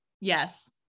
Yes